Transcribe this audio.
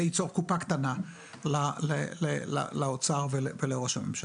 זה יצור קופה קטנה לאוצר ולראש הממשלה.